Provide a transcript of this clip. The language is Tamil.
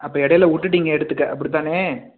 அப்போ இடையில விட்டுட்டிங்க எடுத்துக்க அப்படித்தானே